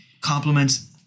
complements